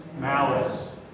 malice